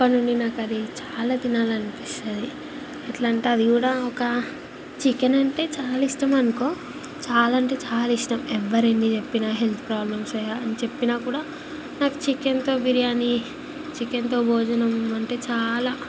అప్పడినుండి నాకది చాలా తినాలనిపిస్తుంది ఎట్లాంటే అది కూడా ఒక చికెనంటే చాలా ఇష్టమనుకో చాలా అంటే చాలా ఇష్టం ఎవ్వరెన్ని చెప్పిన హెల్త్ ప్రాబ్లమ్స్ అని చెప్పినా కూడా నాకు చికెన్తో బిర్యానీ చికెన్తో భోజనం అంటే చాలా